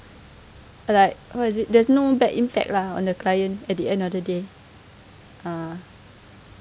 like what is it there's no bad impact lah on the client at the end of the day ah